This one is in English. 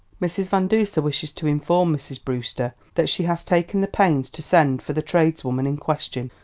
mrs. van duser wishes to inform mrs. brewster that she has taken the pains to send for the tradeswoman in question,